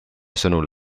sõnul